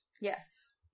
Yes